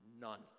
none